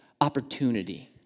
opportunity